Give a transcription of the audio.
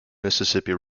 mississippi